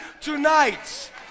tonight